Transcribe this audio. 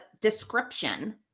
description